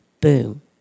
boom